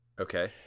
Okay